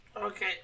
Okay